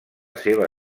seva